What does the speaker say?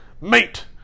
Mate